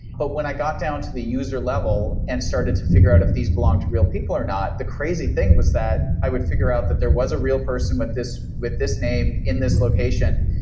but when i got down to the user level and started to figure out if these belong to real people or not, the crazy thing was that i would figure out that there was a real person with this with this name in this location.